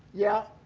yeah.